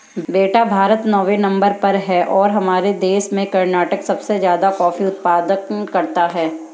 बेटा भारत नौवें नंबर पर है और हमारे देश में कर्नाटक सबसे ज्यादा कॉफी उत्पादन करता है